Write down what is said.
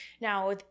Now